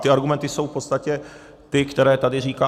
Ty argumenty jsou v podstatě ty, které tady říkáme.